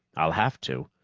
i'll have to.